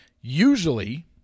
usually